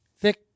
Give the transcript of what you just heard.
thick